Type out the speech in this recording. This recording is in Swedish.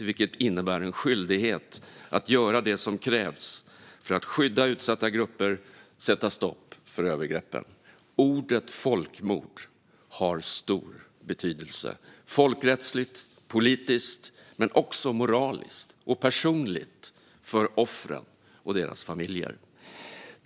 Det innebär en skyldighet att göra det som krävs för att skydda utsatta grupper och sätta stopp för övergreppen. Ordet folkmord har stor betydelse - folkrättsligt och politiskt men också moraliskt och personligt för offren och deras familjer.